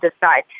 decide